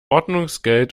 ordnungsgeld